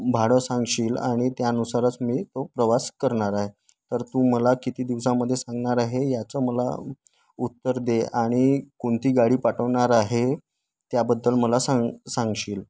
भाडं सांगशील आणि त्यानुसारच मी तो प्रवास करणार आहे तर तू मला किती दिवसामध्ये सांगणार आहे याचं मला उ उत्तर दे आणि कोणती गाडी पाठवणार आहे त्याबद्दल मला सांग सांगशील